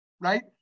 Right